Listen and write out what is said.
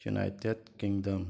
United Kingdom